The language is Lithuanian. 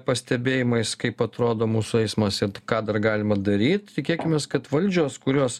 pastebėjimais kaip atrodo mūsų eismas ir t ką dar galima daryt tikėkimės kad valdžios kurios